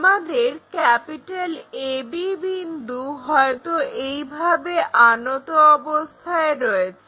আমাদের AB বিন্দু হয়তো এইভাবে আনত অবস্থায় রয়েছে